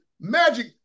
Magic